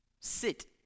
sit